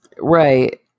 right